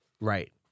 Right